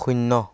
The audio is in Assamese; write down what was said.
শূণ্য়